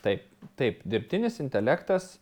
taip taip dirbtinis intelektas